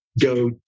go